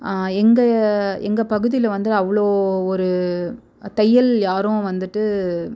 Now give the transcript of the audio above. எங்கள் எங்கள் பகுதியில வந்து அவ்வளோ ஒரு தையல் யாரும் வந்துட்டு